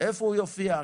איפה הוא יופיע עכשיו?